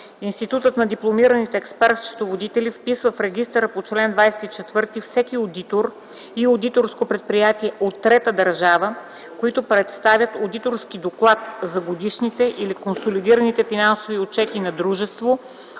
Институтът на дипломираните експерт-счетоводители вписва в регистъра по чл. 24 всеки одитор и одиторско предприятие от трета държава, които представят одиторски доклад за годишните или консолидираните финансови отчети на дружество,